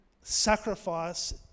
sacrifice